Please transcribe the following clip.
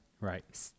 Right